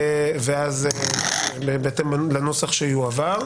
בשינויים ואז בהתאם לנוסח שיועבר.